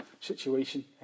situation